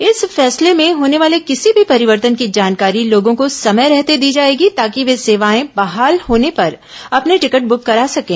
इस फैसले में होने वाले किसी भी परिवर्तन की जानकारी लोगों को समय रहते दी जाएगी ताकि वे सेवाएं बहाल होने पर अपने टिकट ब्रेक करा सकें